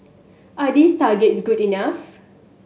are these targets good enough